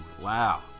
wow